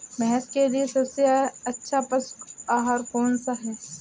भैंस के लिए सबसे अच्छा पशु आहार कौन सा है?